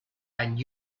and